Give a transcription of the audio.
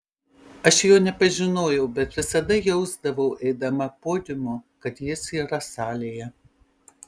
aš jo nepažinojau bet visada jausdavau eidama podiumu kad jis yra salėje